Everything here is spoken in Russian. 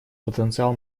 потенциал